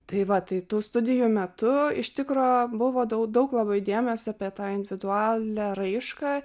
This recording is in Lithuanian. tai va tai tų studijų metu iš tikro buvo dau daug labai dėmesio apie tą individualią raišką